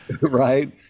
right